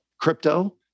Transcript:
crypto